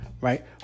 right